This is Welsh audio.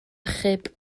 achub